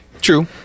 True